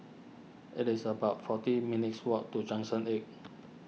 it is about forty minutes' walk to Junction eight